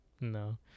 No